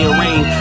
rain